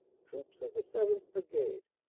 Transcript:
troops of the seventh. brigade,